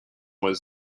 was